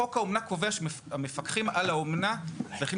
חוק האומנה קובע שהמפקחים על האומנה צריכים